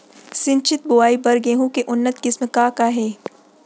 सिंचित बोआई बर गेहूँ के उन्नत किसिम का का हे??